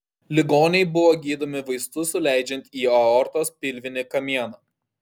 ligoniai buvo gydomi vaistus suleidžiant į aortos pilvinį kamieną